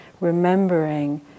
remembering